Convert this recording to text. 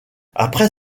après